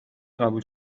قبول